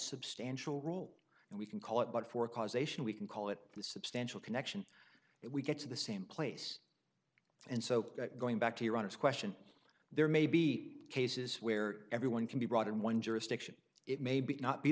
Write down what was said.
substantial role and we can call it but for causation we can call it the substantial connection that we get to the same place and so going back to your honor's question there may be cases where everyone can be brought in one jurisdiction it may be not be